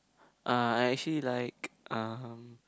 uh I actually like um